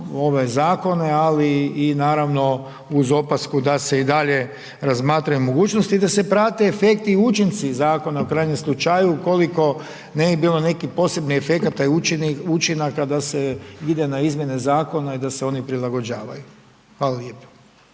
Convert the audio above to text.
ove zakone ali i naravno uz opasku da se i dalje razmatraju mogućnosti i da se prate efekti i učinci zakona u krajnjem slučaju ukoliko ne bi bilo nekih posebnih efekata i učinaka da se ide na izmjene zakona i da se oni prilagođavaju. Hvala lijepo.